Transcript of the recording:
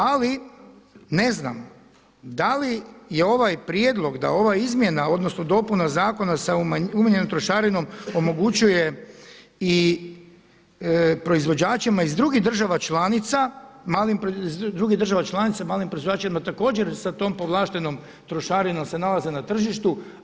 Ali ne znam, da li je ovaj prijedlog da ova izmjena, odnosno dopuna zakona sa umanjenom trošarinom omogućuje i proizvođačima iz drugih država članica, malim proizvođačima također sa tom povlaštenom trošarinom se nalaze na tržištu.